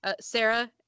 Sarah